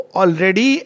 already